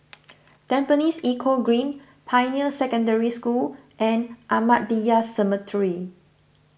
Tampines Eco Green Pioneer Secondary School and Ahmadiyya Cemetery